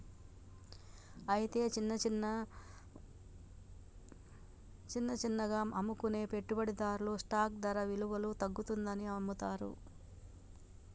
అయితే చిన్న చిన్నగా అమ్ముకునే పెట్టుబడిదారులు స్టాక్ ధర విలువలో తగ్గుతుందని నమ్ముతారు